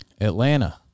Atlanta